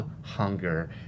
hunger